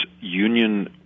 union